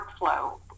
Workflow